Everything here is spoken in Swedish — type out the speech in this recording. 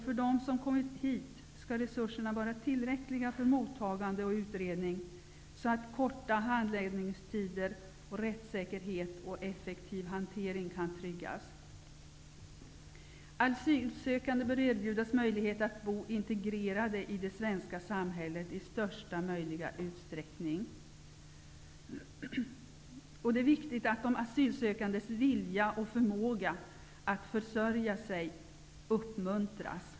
För dem som kommer hit skall resurserna vara tillräckliga för mottagande och utredning, så att korta handläggningstider, rättssäkerhet och effek tiv hantering kan tryggas. Asylsökande bör erbjudas möjlighet att i största möjliga utsträckning bo integrerade i det svenska samhället. Det är viktigt att de asylsökandes vilja och för måga att försörja sig uppmuntras.